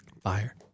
fire